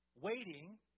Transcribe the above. waiting